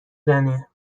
زنه